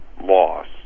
loss